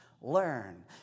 learn